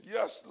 Yes